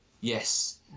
yes